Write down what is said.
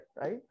right